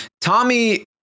Tommy